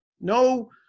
no